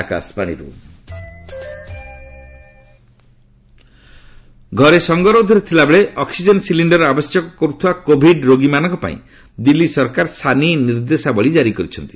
oxygen ଘରେ ସଙ୍ଗରୋଧରେ ଥିଲାବେଳେ ଅକୁଜେନ ସିଲିଣ୍ଡର ଆବଶ୍ୟକ କର୍ଥିବା କୋଭିଡ ରୋଗୀମାନଙ୍କ ପାଇଁ ଦିଲ୍ଲୀ ସରକାର ସାନି ନିର୍ଦ୍ଦେଶାବଳୀ ଜାରି କରିଛନ୍ତି